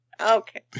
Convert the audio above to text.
Okay